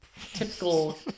Typical